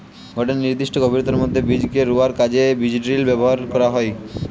গটে নির্দিষ্ট গভীরতার মধ্যে বীজকে রুয়ার কাজে বীজড্রিল ব্যবহার করা হয়